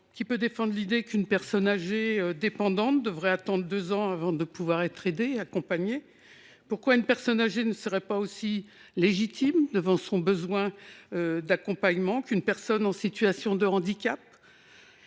qui peut défendre l’idée qu’une personne âgée dépendante devrait attendre deux ans avant de pouvoir être accompagnée ? Pourquoi une personne âgée ne serait elle pas aussi légitime dans sa demande d’accompagnement qu’une personne en situation de handicap,